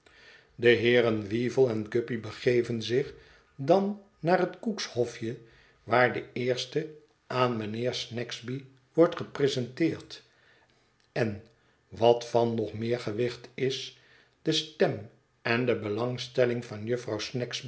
de heeren weevle en guppy begeven zich dan naar het cook's hofje waar de eerste aan mijnheer snagsby wordt gepresenteerd en wat van nog meer gewicht is de stem en de belangstelling van jufvrouw